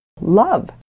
love